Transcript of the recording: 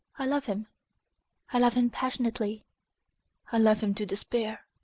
i love him i love him passionately i love him to despair.